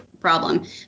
problem